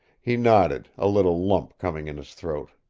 he nodded, a little lump coming in his throat.